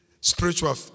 spiritual